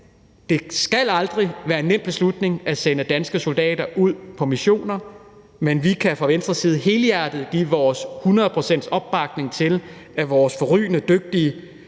Det skal aldrig være en nem beslutning at sende danske soldater ud på missioner, men vi kan fra Venstres side helhjertet give vores hundrede procents opbakning til, at vores forrygende dygtige